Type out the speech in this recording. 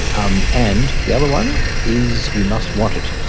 um and the other one is you must want it.